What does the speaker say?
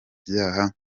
byaha